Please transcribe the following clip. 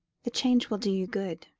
the change will do you good,